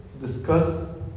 discuss